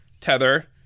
Tether